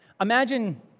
Imagine